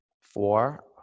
Four